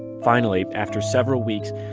finally, after several weeks,